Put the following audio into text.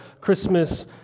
Christmas